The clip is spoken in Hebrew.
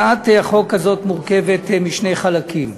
הצעת החוק הזאת מורכבת משני חלקים: